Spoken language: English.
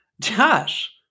Josh